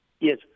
Yes